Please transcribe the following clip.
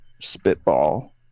spitball